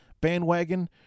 bandwagon